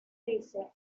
dice